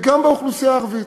וגם באוכלוסייה הערבית.